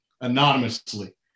anonymously